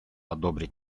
одобрить